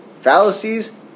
fallacies